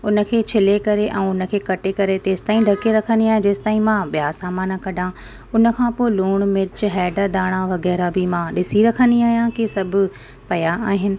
हुनखे छिले करे ऐं हुनखे कटे करे तेसिताईं ढके रखंदी आहियां जेसिताईं मां ॿिया सामान कढां हुनखां पोइ लूणु मिर्चु हैड धाणा वग़ैरह बि मां ॾिसी रखंदी आहियां की सभु पिया आहिनि